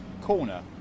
corner